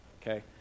Okay